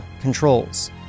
controls